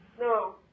No